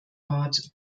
bat